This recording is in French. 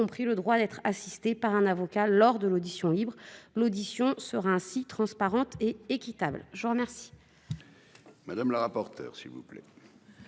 y compris le droit d'être assisté par un avocat lors de l'audition libre. Les auditions seront ainsi transparentes et équitables. Quel